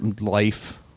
life